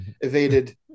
evaded